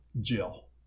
Jill